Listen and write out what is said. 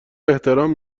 احترام